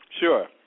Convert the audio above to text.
Sure